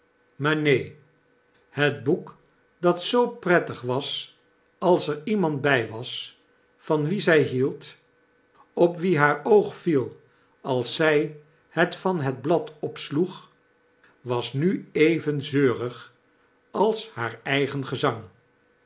maar neen het boek dat zoo prettig was als er iemand bij was van wie zg hield op wie haar oog viel als zjj het van het blad opsloeg was nu even zeurig als haar eigen gezang